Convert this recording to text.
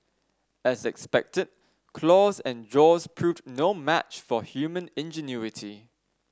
as expected claws and jaws proved no match for human ingenuity